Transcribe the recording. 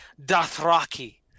Dothraki